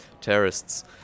terrorists